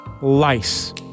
lice